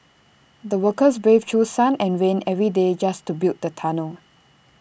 the workers braved through sun and rain every day just to build the tunnel